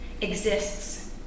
exists